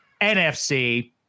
NFC